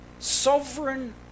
Sovereign